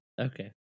Okay